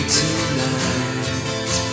tonight